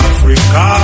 Africa